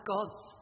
God's